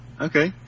Okay